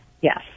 Yes